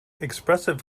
expressive